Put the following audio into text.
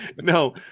no